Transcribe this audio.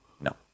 No